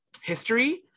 history